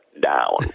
Down